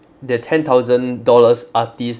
that ten thousand dollars artist